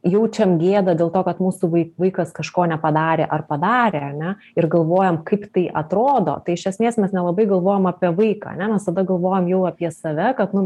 jaučiam gėdą dėl to kad mūsų vaik vaikas kažko nepadarė ar padarė ane ir galvojam kaip tai atrodo tai iš esmės mes nelabai galvojam apie vaiką ane mes tada galvojom jau apie save kad nu